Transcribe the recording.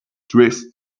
twixt